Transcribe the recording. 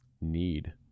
need